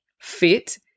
fit